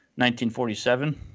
1947